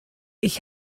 ich